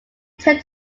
turned